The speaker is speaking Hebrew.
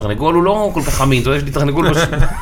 תרנגול הוא לא כל כך עמיד, זה לא יש לי תרנגול